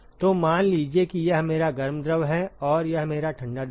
तो मान लीजिए कि यह मेरा गर्म द्रव है और यह मेरा ठंडा द्रव है